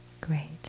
great